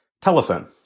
telephone